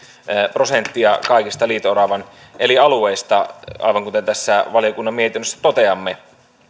prosenttia kaikista liito oravan elinalueista aivan kuten tässä valiokunnan mietinnössä toteamme